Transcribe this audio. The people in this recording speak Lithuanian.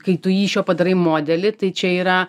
kai tu jį iš jo padarai modelį tai čia yra